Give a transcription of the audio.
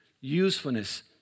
usefulness